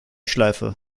schleife